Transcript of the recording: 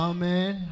Amen